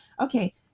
Okay